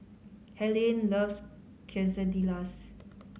Helaine loves Quesadillas